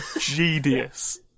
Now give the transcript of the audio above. Genius